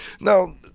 Now